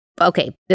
Okay